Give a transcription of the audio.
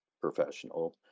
professional